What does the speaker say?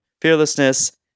fearlessness